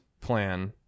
plan